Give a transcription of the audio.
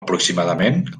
aproximadament